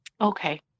Okay